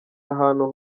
ahantu